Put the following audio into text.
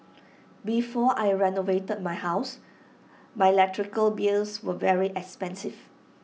before I renovated my house my electrical bills were very expensive